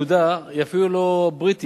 הפקודה היא אפילו לא בריטית,